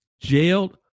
jailed